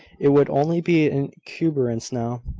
it would only be an incumbrance now.